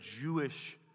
Jewish